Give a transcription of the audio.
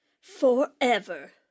Forever